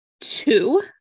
two